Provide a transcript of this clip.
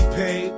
pay